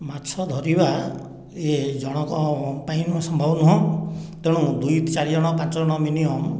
ମାଛ ଧରିବା ଏ ଜଣଙ୍କ ପାଇଁ ସମ୍ଭବ ନୁହେଁ ତେଣୁ ଦୁଇ ଚାରି ଜଣ ପାଞ୍ଚ ଜଣ ମିନିମମ୍